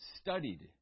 studied